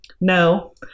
No